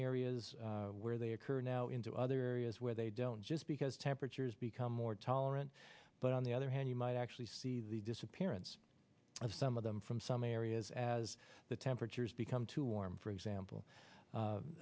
areas where they occur now into other areas where they don't just because temperatures become more tolerant but on the other hand you might actually see the disappearance of some of them from some areas as the temperatures become too warm for example